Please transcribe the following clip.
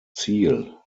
ziel